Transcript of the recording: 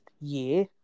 year